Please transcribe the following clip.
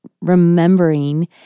remembering